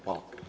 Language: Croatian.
Hvala.